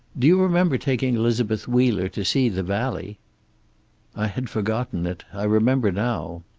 do you remember taking elizabeth wheeler to see the valley i had forgotten it. i remember now.